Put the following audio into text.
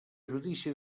judici